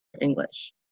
English